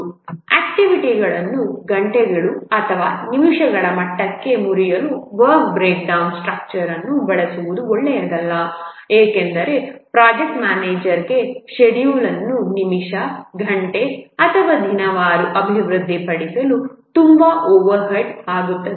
ಆಕ್ಟಿವಿಟಿಗಳನ್ನು ಗಂಟೆಗಳ ಅಥವಾ ನಿಮಿಷಗಳ ಮಟ್ಟಕ್ಕೆ ಮುರಿಯಲು ವರ್ಕ್ ಬ್ರೇಕ್ಡೌನ್ ಸ್ಟ್ರಕ್ಚರ್ ಅನ್ನು ಬಳಸುವುದು ಒಳ್ಳೆಯದಲ್ಲ ಏಕೆಂದರೆ ಪ್ರಾಜೆಕ್ಟ್ ಮ್ಯಾನೇಜರ್ಗೆ ಷೆಡ್ಯೂಲ್ಯನ್ನು ನಿಮಿಷ ಗಂಟೆ ಅಥವಾ ದಿನವಾರು ಅಭಿವೃದ್ಧಿಪಡಿಸಲು ತುಂಬಾ ಓವರ್ಹೆಡ್ ಆಗುತ್ತದೆ